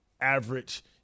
average